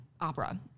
opera